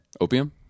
opium